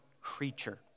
creature